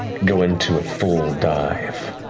go into a full dive.